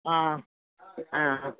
आ आ